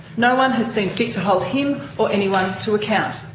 no one has seen fit to hold him or anyone to account.